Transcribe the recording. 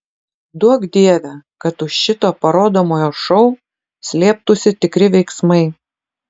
duok dieve kad už šito parodomojo šou slėptųsi tikri veiksmai